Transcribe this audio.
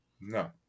No